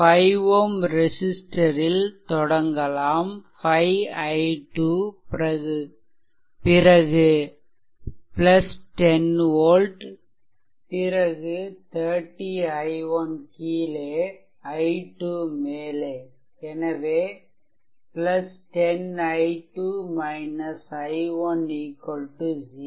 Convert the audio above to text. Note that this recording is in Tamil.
5 Ω ரெசிஸ்ட்டரில் தொடங்கலாம்5 i2 பிறகு 10 volt பிறகு 30 i1 கீழே i2 மேலே எனவே 10 i2 i1 0